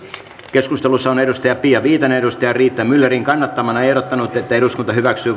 keskustelussa on pia viitanen riitta myllerin kannattamana ehdottanut että eduskunta hyväksyy